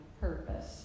purpose